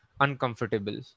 uncomfortable